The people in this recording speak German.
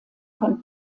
von